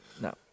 No